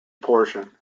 portion